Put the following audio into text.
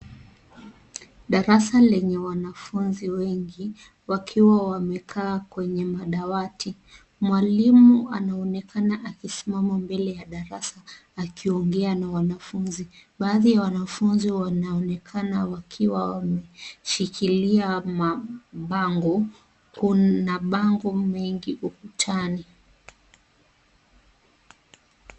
Darasa lenye wanafunzi wengi wakiwa wamekaa kwenye madawati , mwalimu anaonekana akisimama mbele ya darasa akiongea na wanafunzi baadhi ya wanafunzi wanaonekana wakiwa wameshikilia mabango, kuna bango mingi ukutani.